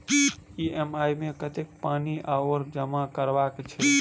EMI मे कतेक पानि आओर जमा करबाक छैक?